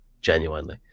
Genuinely